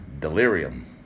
delirium